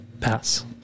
Pass